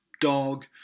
dog